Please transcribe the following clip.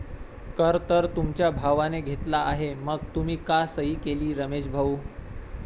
कर तर तुमच्या भावाने घेतला आहे मग तुम्ही का सही केली रमेश भाऊ?